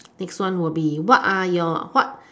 next one will be what are your what